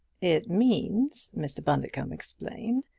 it means, mr. bundercombe explained,